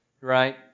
right